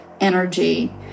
energy